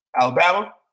Alabama